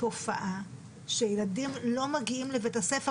תופעה שילדים לא מגיעים לבית-הספר,